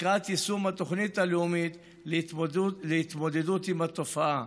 לקראת יישום התוכנית הלאומית להתמודדות עם התופעה.